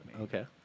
Okay